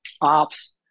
ops